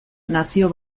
nazio